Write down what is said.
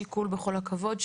בכל הכבוד,